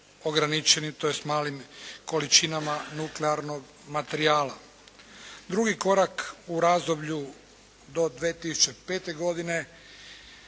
tj. malim količinama nuklearnog materijala. Drugi korak u razdoblju do 2005. godine